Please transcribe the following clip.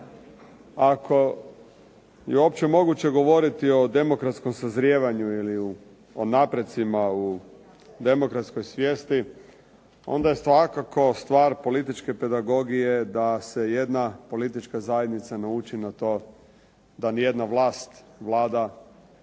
uopće moguće govoriti o demokratskom sazrijevanju ili o naprecima u demokratskoj svijesti, onda je svakako stvar političke pedagogije da se jedna politička zajednica nauči na to da nijedna vlast, Vlada nije